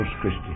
Christi